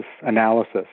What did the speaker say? analysis